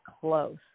close